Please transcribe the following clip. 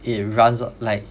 it runs like